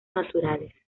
naturales